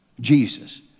Jesus